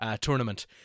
tournament